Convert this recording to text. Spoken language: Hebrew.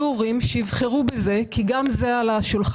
יהיו הורים שיבחרו בזה כי גם זה על השולח.